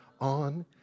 on